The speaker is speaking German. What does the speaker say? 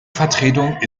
vertretung